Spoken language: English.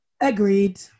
Agreed